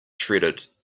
shredded